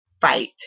fight